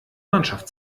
mannschaft